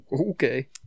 okay